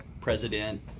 president